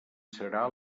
serà